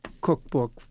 cookbook